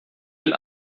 bin